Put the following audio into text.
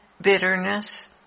bitterness